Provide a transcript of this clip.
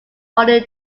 holy